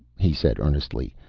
he said earnestly,